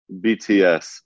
BTS